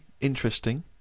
interesting